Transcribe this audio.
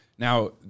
Now